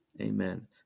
Amen